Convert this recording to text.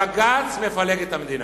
הבג"ץ מפלג את המדינה.